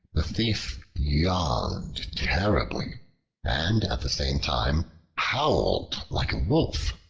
the thief yawned terribly and at the same time howled like a wolf.